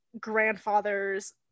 grandfathers